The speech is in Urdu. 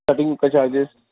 کٹنگ کا چارچز